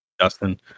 Justin